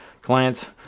Clients